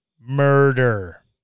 murder